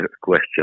question